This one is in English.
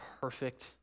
perfect